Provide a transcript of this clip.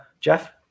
Jeff